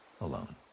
alone